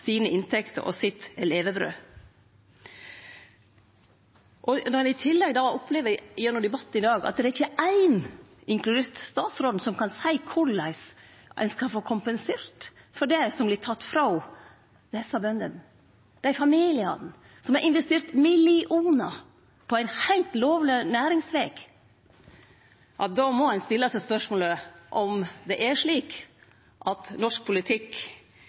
sine og levebrødet sitt. Når ein i tillegg gjennom debatten i dag opplever at det ikkje er éin, statsråden inkludert, som kan seie korleis ein skal få kompensert for det som vert teke frå desse bøndene, dei familiane, som har investert millionar i ein heilt lovleg næringsveg: Då må ein stille seg spørsmålet om det er slik at norsk politikk